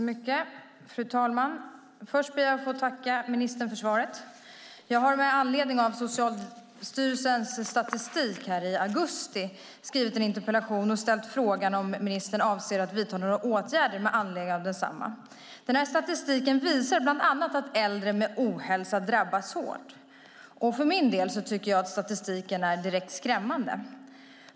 Fru talman! Först ber jag att få tacka ministern för svaret. Jag har med anledning av Socialstyrelsens statistik i augusti skrivit en interpellation och ställt frågan om ministern avser att vidta några åtgärder med anledning av densamma. Statistiken visar bland annat att äldre med ohälsa drabbas hårt. För min del tycker jag att statistiken är direkt skrämmande.